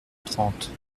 trente